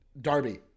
Darby